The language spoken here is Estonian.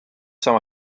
sama